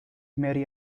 mary